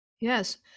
Yes